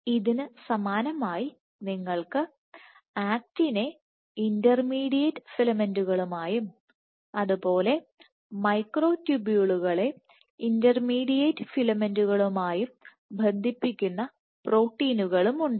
ഇതിനു സമാനമായി നിങ്ങൾക്ക് ആക്റ്റിനെ ഇന്റർമീഡിയറ്റ് ഫിലമെന്റുകളുമായും അതുപോലെ മൈക്രോട്യൂബിളുകളെ ഇന്റർമീഡിയറ്റ് ഫിലമെന്റുകളുമായും ബന്ധിപ്പിക്കുന്ന പ്രോട്ടീനുകളുണ്ട്